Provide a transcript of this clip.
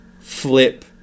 flip